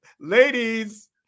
ladies